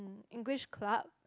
English club